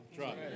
right